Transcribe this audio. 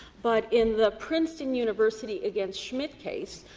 but in the princeton university against schmidt case,